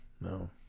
No